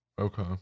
Okay